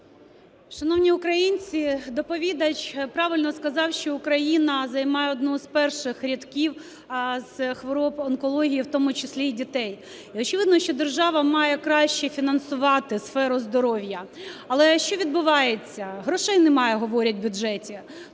Шановні українці, доповідач правильно сказав, що Україна займає одну із перших рядків з хвороб онкології, в тому числі і дітей. Очевидно, що держава має краще фінансувати сферу здоров'я. Але що відбувається? Грошей немає, говорять, в бюджеті,